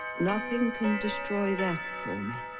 nothing can destroy that for me.